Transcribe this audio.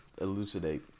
elucidate